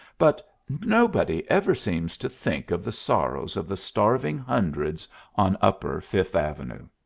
but nobody ever seems to think of the sorrows of the starving hundreds on upper fifth avenue.